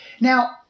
Now